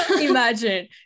Imagine